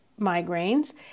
migraines